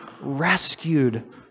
rescued